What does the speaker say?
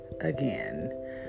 again